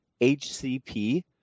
HCP